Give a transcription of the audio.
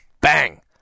bang